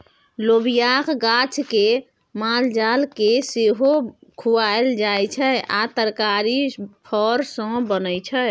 लोबियाक गाछ केँ मालजाल केँ सेहो खुआएल जाइ छै आ तरकारी फर सँ बनै छै